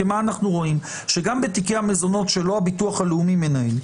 כי אנחנו רואים שגם בתיקי המזונות שלא הביטוח הלאומי מנהל,